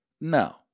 no